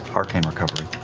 ah arcane recovery.